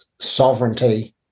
sovereignty